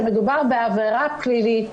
שמדובר בעבירה פלילית,